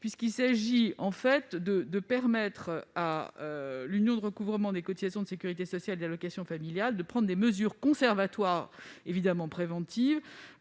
partie. Il s'agit de permettre à l'Union de recouvrement des cotisations de sécurité sociale et d'allocations familiales (Urssaf) de prendre des mesures conservatoires, évidemment préventives,